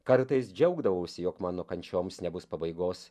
kartais džiaugdavausi jog mano kančioms nebus pabaigos